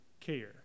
care